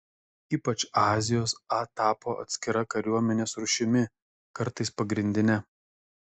ypač azijos a tapo atskira kariuomenės rūšimi kartais pagrindine